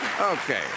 Okay